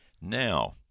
now